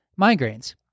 migraines